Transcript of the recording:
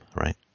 right